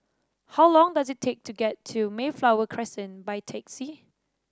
how long does it take to get to Mayflower Crescent by taxi